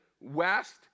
west